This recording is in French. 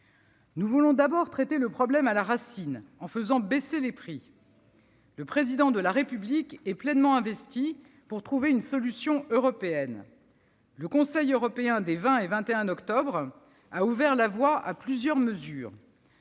Nous voulons d'abord traiter le problème à la racine, en faisant baisser les prix. Le Président de la République est pleinement investi pour trouver une solution européenne. Le Conseil européen des 20 et 21 octobre a ouvert la voie à plusieurs mesures.